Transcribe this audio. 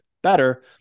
better